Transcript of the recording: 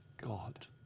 God